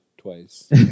Twice